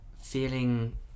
feeling